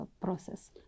process